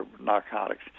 narcotics